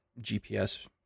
GPS